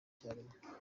icyarimwe